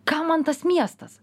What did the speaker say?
kam man tas miestas